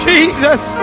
Jesus